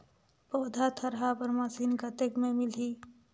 पौधा थरहा बर मशीन कतेक मे मिलही?